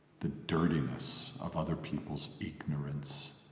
the dirtiness of other people's ignorance,